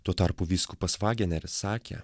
tuo tarpu vyskupas vageneris sakė